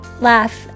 laugh